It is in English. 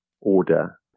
order